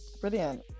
Brilliant